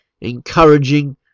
encouraging